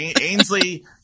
ainsley